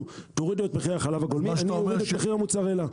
תורידו את מחיר החלב הגולמי ונוריד את מחיר המוצרלה.